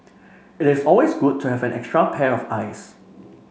it is always good to have an extra pair of eyes